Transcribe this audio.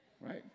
Right